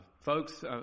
folks